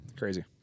crazy